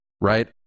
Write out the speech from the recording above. right